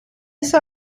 ise